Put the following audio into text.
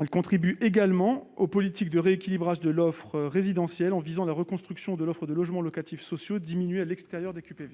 Elle contribuera également aux politiques de rééquilibrage de l'offre résidentielle en visant la reconstruction de l'offre de logements locatifs sociaux ainsi diminuée à l'extérieur des QPV.